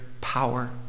power